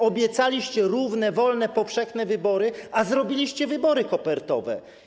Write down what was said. Obiecaliście równe, wolne, powszechne wybory, a zrobiliście wybory kopertowe.